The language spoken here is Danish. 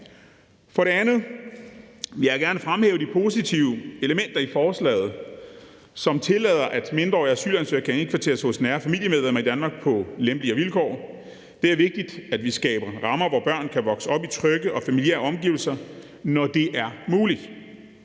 For det andet vil jeg gerne fremhæve de positive elementer i forslaget, som tillader, at mindreårige asylansøgere kan indkvarteres hos nære familiemedlemmer i Danmark på lempeligere vilkår. Det er vigtigt, at vi skaber rammer, hvor børn kan vokse op i trygge og familiære omgivelser, når det er muligt.